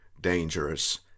dangerous